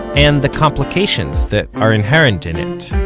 and the complications that are inherent in it